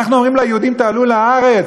אנחנו אומרים ליהודים: תעלו לארץ.